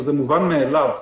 וזה מובן מאליו.